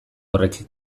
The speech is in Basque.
horrek